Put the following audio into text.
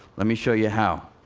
let me show you how.